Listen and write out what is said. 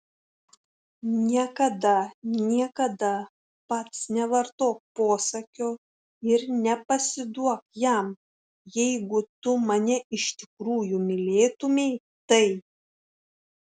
niekada niekada pats nevartok posakio ir nepasiduok jam jeigu tu mane iš tikrųjų mylėtumei tai